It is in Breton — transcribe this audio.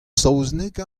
saozneg